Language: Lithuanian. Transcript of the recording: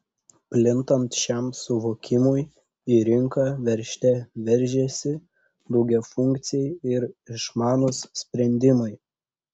plintant šiam suvokimui į rinką veržte veržiasi daugiafunkciai ir išmanūs sprendimai